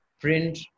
print